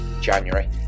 January